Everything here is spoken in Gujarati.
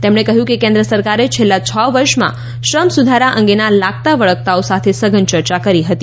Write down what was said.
તેમણે કહ્યું કે કેન્દ્ર સરકારે છેલ્લા છ વર્ષમાં શ્રમ સુધારા અંગે લાગતાવળગતાઓ સાથે સઘન ચર્ચા કરી હતી